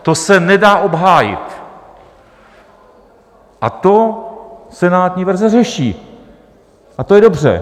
To se nedá obhájit, to senátní verze řeší a to je dobře.